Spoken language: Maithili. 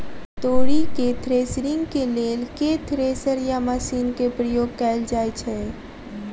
तोरी केँ थ्रेसरिंग केँ लेल केँ थ्रेसर या मशीन केँ प्रयोग कैल जाएँ छैय?